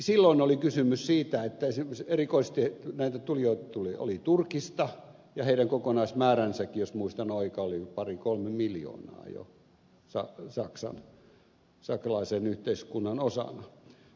silloin oli kysymys siitä että erikoisesti näitä tulijoita oli turkista ja heidän kokonaismääränsäkin jos muistan oikein oli jo pari kolme miljoonaa saksalaisen yhteiskunnan osana